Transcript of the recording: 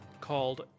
called